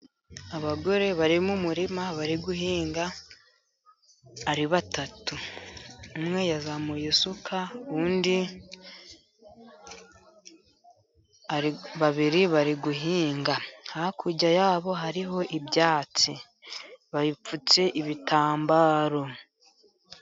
Abagore bari mu murima bari guhinga ari batatu. Umwe yazamuye isuka. Babiri bari guhinga hakurya yabo hariho ibyatsi bipfutse ibitambaro.